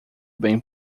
bem